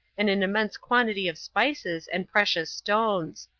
and an immense quantity of spices and precious stones.